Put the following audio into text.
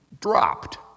dropped